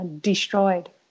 destroyed